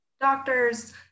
doctors